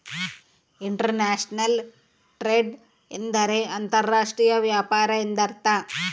inter national trade ಎಂದರೆ ಅಂತರ್ ರಾಷ್ಟ್ರೀಯ ವ್ಯಾಪಾರ ಎಂದರ್ಥ